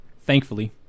thankfully